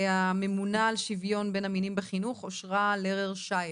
הממונה על שוויון בין המינים בחינוך אושרה לרר שייב,